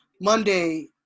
Monday